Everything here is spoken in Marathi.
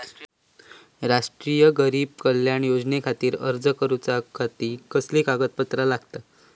राष्ट्रीय गरीब कल्याण योजनेखातीर अर्ज करूच्या खाती कसली कागदपत्रा लागतत?